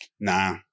Nah